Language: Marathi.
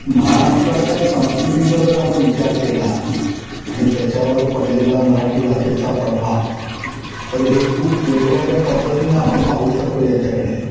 महाराष्ट्राच्या संस्कृतीचा जर आपण विचार केला आणि त्याच्यावर पडलेला मराठी भाषेचा प्रभाव तर हे खूप वेगळ्या वेगळ्या पद्धतीनं आपण पाहू शकतो याच्याकडे